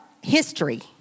history